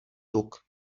tuk